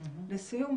לסיום,